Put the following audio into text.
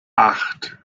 acht